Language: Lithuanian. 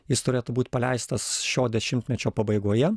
jis turėtų būt paleistas šio dešimtmečio pabaigoje